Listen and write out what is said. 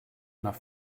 nach